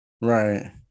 Right